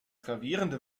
gravierende